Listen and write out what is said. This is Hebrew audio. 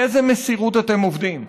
באיזו מסירות אתם עובדים.